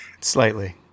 slightly